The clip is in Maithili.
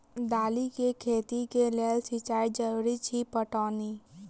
दालि केँ खेती केँ लेल सिंचाई जरूरी अछि पटौनी?